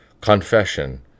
confession